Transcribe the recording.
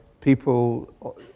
people